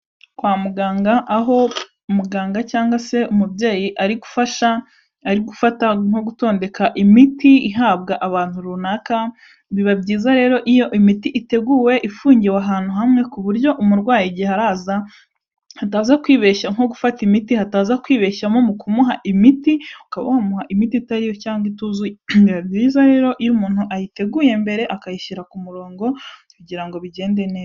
Kwa muganga aho umuganga cyangwa se umubyeyi ari gufasha ari gufata nko gutondeka imiti ihabwa abantu runaka biba byiza rero iyo imiti iteguwe ifungiwe ahantu hamwe ku buryo umurwayi igihe araza ataza kwibeshya nko gufata imiti hataza kwibeshyaho mu kumuha imiti ukawumuha imiti itari yo cyangwa itu riyiza rero iyo umuntu ayiteguye mbere akayishyira ku murongo kugira ngo bigende neza.